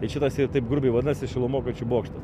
tai šitas ir taip grubiai vadinasi šilumokaičio bokštas